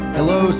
Hello